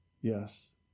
yes